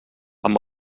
amb